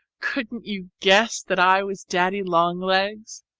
couldn't you guess that i was daddy-long-legs